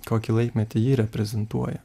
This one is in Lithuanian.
kokį laikmetį ji reprezentuoja